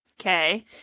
Okay